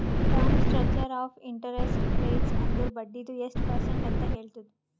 term structure of interest rates ಅಂದುರ್ ಬಡ್ಡಿದು ಎಸ್ಟ್ ಪರ್ಸೆಂಟ್ ಅಂತ್ ಹೇಳ್ತುದ್